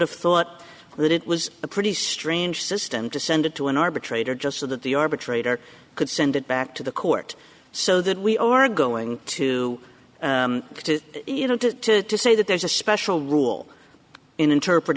have thought that it was a pretty strange system to send it to an arbitrator just so that the arbitrator could send it back to the court so that we are going to get to you know to to say that there's a special rule in interpret